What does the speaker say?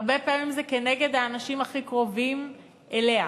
הרבה פעמים זה כנגד האנשים הכי קרובים אליה.